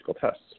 tests